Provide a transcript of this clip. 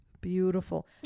beautiful